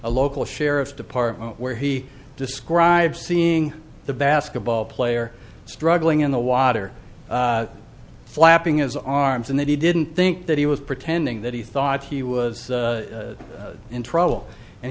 the local sheriff's department where he describes seeing the basketball player struggling in the water flapping his arms and then he didn't think that he was pretending that he thought he was in trouble and